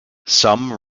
some